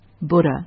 Buddha